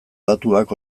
datuak